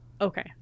Okay